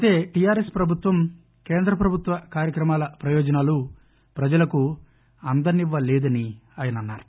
అయితే టిఆర్ఎస్ ప్రభుత్వం కేంద్రప్రభుత్వ కార్యక్రమాల ప్రయోజనాలు ప్రజలకు అందనివ్వలేదని ఆయన చెప్పారు